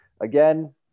Again